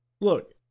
Look